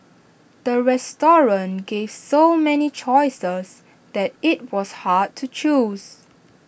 the restaurant gave so many choices that IT was hard to choose